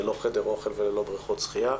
ללא חדר אוכל וללא בריכות שחייה.